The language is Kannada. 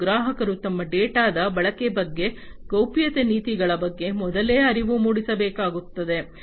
ಮತ್ತು ಗ್ರಾಹಕರು ತಮ್ಮ ಡೇಟಾದ ಬಳಕೆ ಮತ್ತು ಗೌಪ್ಯತೆ ನೀತಿಗಳ ಬಗ್ಗೆ ಮೊದಲೇ ಅರಿವು ಮೂಡಿಸಬೇಕಾಗುತ್ತದೆ